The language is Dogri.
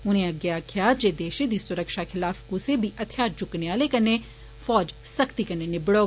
उनें अग्गै आक्खेआ जे देशै दी सुरक्षा खिलाफ कुसै बी हथियार चुकने आले कन्नै फौज सख्ती कन्ने निबडोग